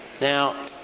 Now